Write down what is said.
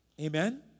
Amen